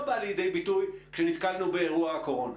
בא לידי ביטוי כשנתקלנו באירוע הקורונה?